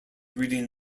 reading